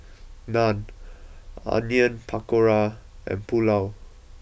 Naan Onion Pakora and Pulao